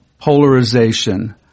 polarization